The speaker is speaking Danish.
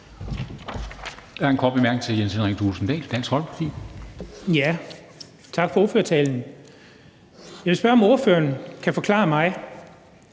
Jeg vil spørge, om ordføreren kan forklare mig,